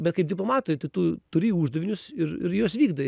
bet kaip diplomatai tai tu turi uždavinius ir ir juos vykdai